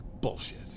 Bullshit